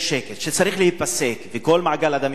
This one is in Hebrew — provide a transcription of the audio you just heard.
שצריך להיפסק כל מעגל הדמים הזה,